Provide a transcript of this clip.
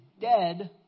dead